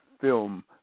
film